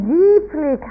deeply